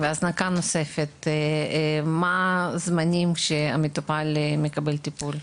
הזנקה נוספת מהם הזמנים שהמטופל מקבל טיפול?